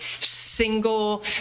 single